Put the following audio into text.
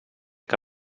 que